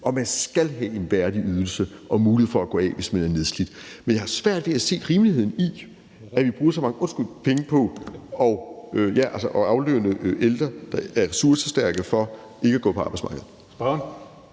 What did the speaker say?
og man skal have en værdig ydelse og mulighed for at gå af, hvis man er nedslidt, men jeg har svært ved at se rimeligheden i, at vi bruger så mange penge på at aflønne ældre, der er ressourcestærke, for ikke at gå på arbejdsmarkedet.